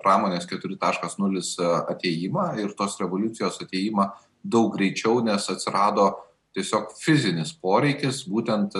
pramonės keturi taškas nulis atėjimą ir tos revoliucijos atėjimą daug greičiau nes atsirado tiesiog fizinis poreikis būtent